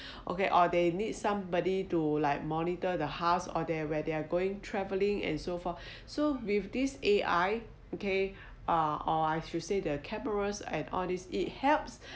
okay or they need somebody to like monitor the house or their where they're going travelling and so forth so with this A_I okay uh or I should say the cameras and all this it helps